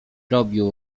robił